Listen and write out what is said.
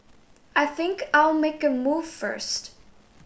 I think I'll make a move first